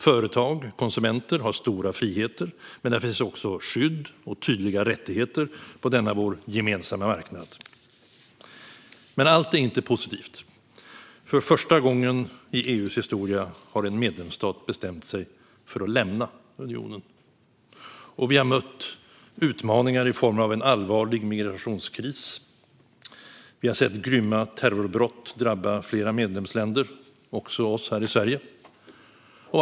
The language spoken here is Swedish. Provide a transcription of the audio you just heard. Företag och konsumenter har stora friheter, men det finns också skydd och tydliga rättigheter på denna vår gemensamma marknad. Men allt är inte positivt. För första gången i EU:s historia har en medlemsstat bestämt sig för att lämna unionen. Vi har mött utmaningar i form av en allvarlig migrationskris. Vi har sett grymma terrorbrott drabba flera medlemsländer - även oss här i Sverige.